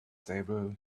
stable